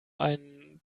einen